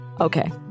Okay